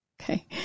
Okay